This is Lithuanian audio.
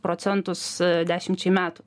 procentus dešimčiai metų